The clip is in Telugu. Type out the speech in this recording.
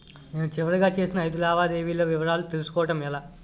నేను చివరిగా చేసిన ఐదు లావాదేవీల వివరాలు తెలుసుకోవటం ఎలా?